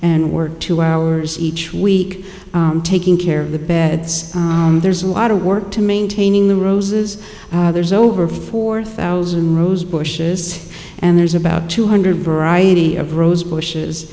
and work two hours each week taking care of the beds there's a lot of work to maintaining the roses there's over four thousand rose bushes and there's about two hundred variety of rose bushes